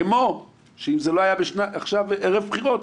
כמו שאם זה לא היה ערב בחירות,